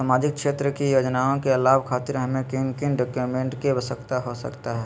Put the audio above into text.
सामाजिक क्षेत्र की योजनाओं के लाभ खातिर हमें किन किन डॉक्यूमेंट की आवश्यकता हो सकता है?